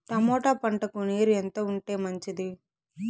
Tomato పంటకు నీరు ఎంత ఉంటే మంచిది?